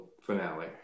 finale